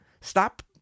stop